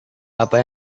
apa